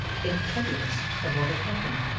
incredulous of what had happened,